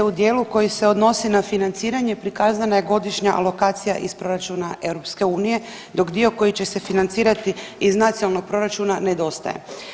U dijelu koji se odnosi na financiranje prikazana je godišnja alokacija iz proračuna EU dok dio koji će se financirati iz nacionalnog proračuna nedostaje.